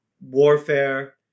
warfare